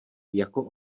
jako